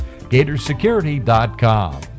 gatorsecurity.com